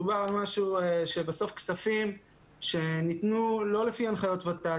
מדובר בכספים שניתנו לא לפי הנחיות ות"ת.